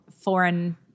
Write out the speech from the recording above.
foreign